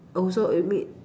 also a bit